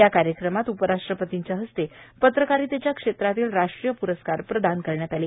या कार्यक्रमात उपराष्ट्रपतींच्या हस्ते पत्रकारितेच्या क्षेत्रातील राष्ट्रीय प्रस्कार प्रदान करण्यात आले